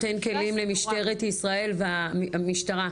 המשטרה,